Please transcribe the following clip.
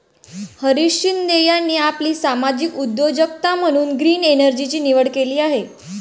हरीश शिंदे यांनी आपली सामाजिक उद्योजकता म्हणून ग्रीन एनर्जीची निवड केली आहे